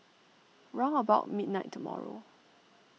round about midnight tomorrow